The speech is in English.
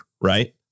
Right